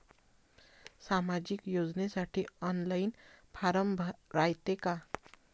सामाजिक योजनेसाठी online form रायते का?